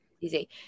Easy